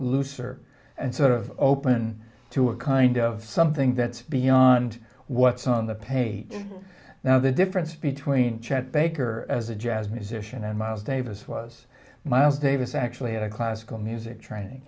looser and sort of open to a kind of something that's beyond what's on the page now the difference between chet baker as a jazz musician and miles davis was miles davis actually in a classical music training